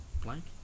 Blank